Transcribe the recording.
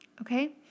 okay